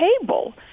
table